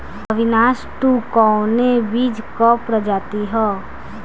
अविनाश टू कवने बीज क प्रजाति ह?